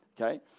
Okay